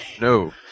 No